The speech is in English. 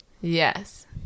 Yes